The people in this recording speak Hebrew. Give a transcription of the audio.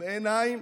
בעיניים